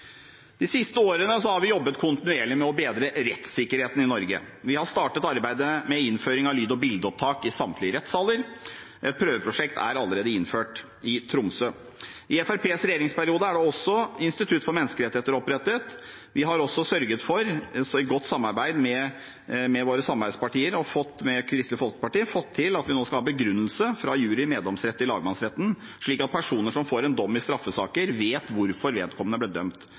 De siste årene har vi jobbet kontinuerlig med å bedre rettssikkerheten i Norge. Vi har startet arbeidet med innføring av lyd- og bildeopptak i samtlige rettssaler – et prøveprosjekt er allerede innført i Tromsø. I Fremskrittspartiets regjeringsperiode er det også opprettet et institutt for menneskerettigheter, og vi har i godt samarbeid med Kristelig Folkeparti fått til at vi nå skal ha en begrunnelse fra jury/meddomsrett i lagmannsretten, slik at personer som får en dom i straffesaker, vet hvorfor vedkommende ble dømt.